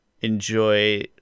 enjoy